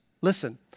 Listen